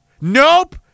Nope